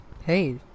Hey